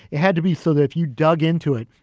it had to be so that if you dug into it,